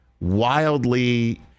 wildly